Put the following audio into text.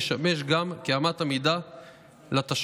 תשמש גם כאמת המידה לתשלום,